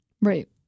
Right